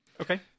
Okay